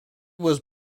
was